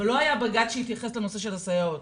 אבל לא היה בג"צ שהתייחס לנושא של הסייעות.